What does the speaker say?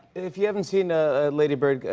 if you haven't seen ah ah lady bird,